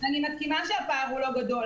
אני מסכימה שהפער לא גדול,